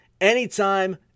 anytime